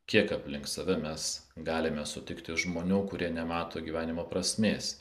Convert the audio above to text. kiek aplink save mes galime sutikti žmonių kurie nemato gyvenimo prasmės